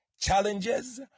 challenges